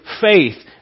faith